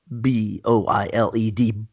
B-O-I-L-E-D